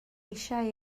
eisiau